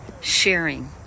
sharing